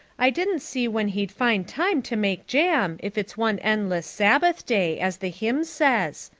i didn't see when he'd find time to make jam if it's one endless sabbath day, as the hymn says.